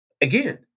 Again